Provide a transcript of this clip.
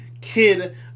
kid